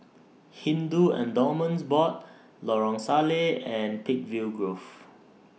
Hindu Endowments Board Lorong Salleh and Peakville Grove